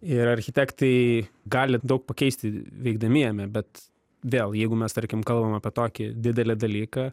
ir architektai gali daug pakeisti veikdami jame bet vėl jeigu mes tarkim kalbam apie tokį didelį dalyką